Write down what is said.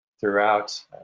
throughout